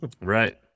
Right